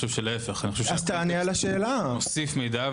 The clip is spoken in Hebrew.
להפך, מוסיף מידע.